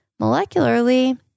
molecularly